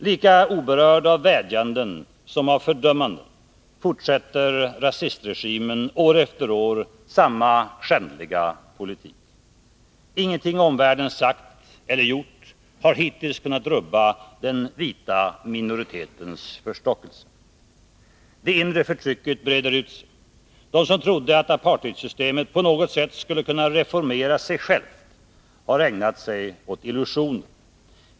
Lika oberörd av vädjanden som av fördömanden fortsätter rasistregimen år efter år samma skändliga politik. Ingenting som omvärlden sagt eller gjort har hittills kunnat rubba den vita minoritetens förstockelse. Det inre förtrycket breder ut sig. De som trodde, att apartheidsystemet på något sätt skulle kunna reformera sig självt, har ägnat sig åt illusioner.